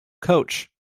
coach